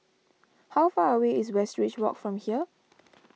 how far away is Westridge Walk from here